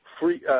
free